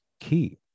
key